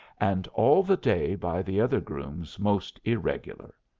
and all the day by the other grooms most irregular.